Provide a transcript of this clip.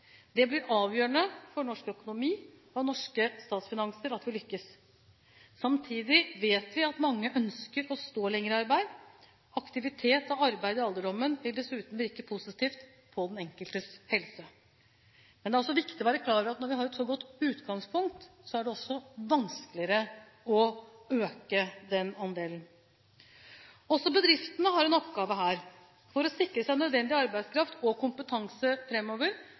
Det blir avgjørende for norsk økonomi og norske statsfinanser at vi lykkes. Samtidig vet vi at mange ønsker å stå lenger i arbeid. Aktivitet og arbeid i alderdommen vil dessuten virke positivt på den enkeltes helse. Men det er også viktig å være klar over at når vi har et så godt utgangspunkt, er det også vanskeligere å øke den andelen. Også bedriftene har en oppgave her. For å sikre seg nødvendig arbeidskraft og kompetanse fremover